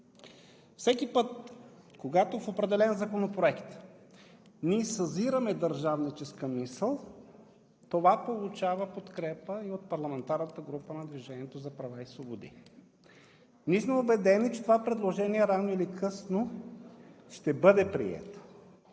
Всеки път, когато в определен законопроект ние съзираме държавническа мисъл, това получава подкрепа и от парламентарната група на „Движението за права и свободи“. Ние сме убедени, че това предложение рано или късно ще бъде прието.